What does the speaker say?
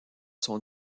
sont